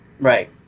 Right